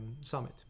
summit